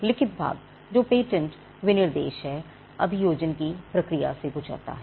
लिखित भाग जो पेटेंट विनिर्देश है अभियोजन की प्रक्रिया से गुजरता है